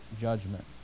judgment